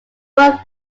both